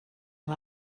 nhw